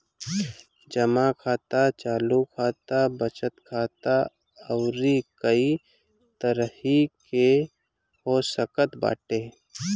जमा खाता चालू खाता, बचत खाता अउरी कई तरही के हो सकत बाटे